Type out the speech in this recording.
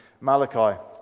Malachi